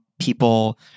people